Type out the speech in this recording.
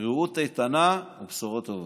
בריאות איתנה ובשורות טובות.